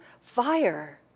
fire